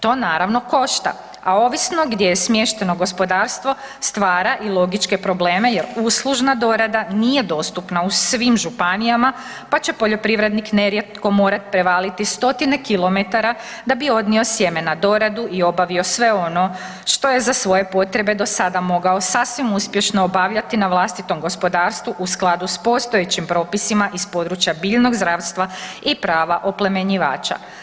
To naravno košta, a ovisno gdje je smješteno gospodarstvo stvara i logične probleme jer uslužna dorada nije dostupna u svim županijama pa će poljoprivrednik nerijetko morati prevaliti stotine kilometara da bio odnio sjeme na doradu i obavio sve ono što je za svoje potrebe do sada mogao sasvim uspješno obavljati na vlastitom gospodarstvu u skladu s postojećim propisima iz područja biljnog zdravstva i prava oplemenjivača.